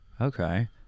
Okay